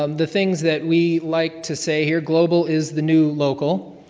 um the things that we like to say here, global is the new local,